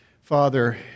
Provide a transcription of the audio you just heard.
Father